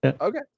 Okay